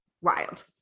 wild